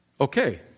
okay